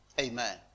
Amen